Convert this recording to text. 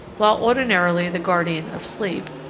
while ordinarily the guardian of sleep,